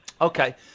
okay